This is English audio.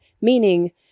meaning